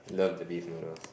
love the beef noodles